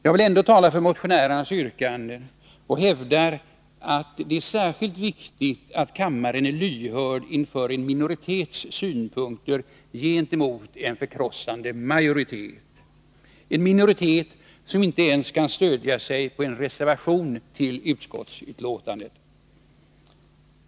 Jag vill ändå tala för motionärernas yrkanden och hävdar att det är särskilt viktigt att kammaren är lyhörd inför en minoritets synpunkter gentemot en — Nr 117 förkrossande majoritet, en minoritet som inte ens kan stödja sig på en reservation till utskottsbetänkandet.